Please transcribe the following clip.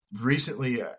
Recently